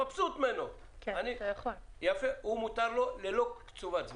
מבסוט ממנו מותר לו ללא קצובת זמן?